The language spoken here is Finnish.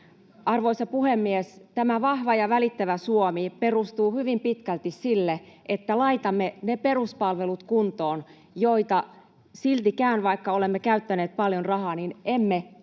Arvoisa puhemies! Tämä vahva ja välittävä Suomi perustuu hyvin pitkälti sille, että laitamme kuntoon ne peruspalvelut, joita — siltikään, vaikka olemme käyttäneet paljon rahaa — emme edellisen